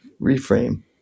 reframe